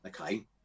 Okay